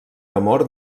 amor